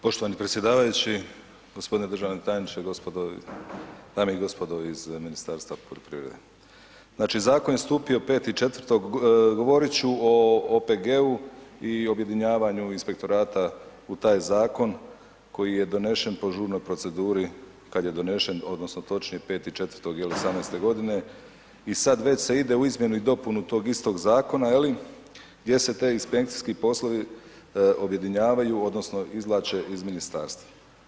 Poštovani predsjedavajući, gospodine državni tajniče, gospodo, dame i gospodo iz Ministarstva poljoprivrede, znači zakon je stupio 5.4., govorit ću o OPG-u i objedinjavanju inspektorata u taj zakon koji je donešen po žurnoj proceduri kad je donešen odnosno točnije 5.4.2018. godine i sad već se ide u izmjenu i dopunu tog istog zakona je li gdje se ti inspekcijski poslovi objedinjavaju odnosno izvlače iz ministarstva.